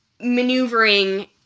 maneuvering